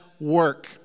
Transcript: work